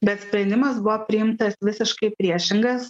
bet sprendimas buvo priimtas visiškai priešingas